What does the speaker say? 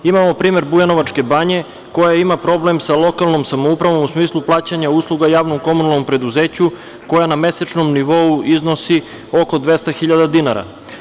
Imamo primer Bujanovačke banje, koja ima problem sa lokalnom samoupravom u smislu praćenja usluga javno-komunalnom preduzeću, koja na mesečnom nivou iznosi oko 200 hiljada dinara.